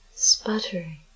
sputtering